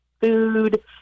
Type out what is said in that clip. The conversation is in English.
food